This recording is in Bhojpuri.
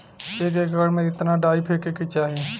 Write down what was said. एक एकड़ में कितना डाई फेके के चाही?